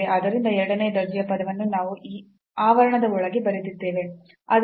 ಆದ್ದರಿಂದ ಎರಡನೇ ದರ್ಜೆಯ ಪದವನ್ನು ನಾವು ಈ ಆವರಣದ ಒಳಗೆ ಬರೆದಿದ್ದೇವೆ